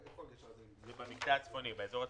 זה באזור הצפוני.